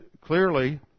clearly